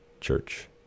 Church